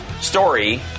story